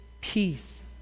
peace